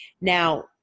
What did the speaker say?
Now